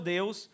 Deus